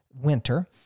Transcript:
winter